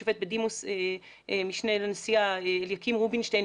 השופט בדימוס המשנה לנשיאה אליקים רובינשטיין,